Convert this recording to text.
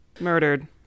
murdered